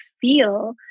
feel